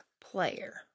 player